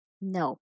No